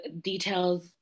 details